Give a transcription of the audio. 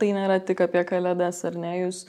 tai nėra tik apie kalėdas ar ne jūs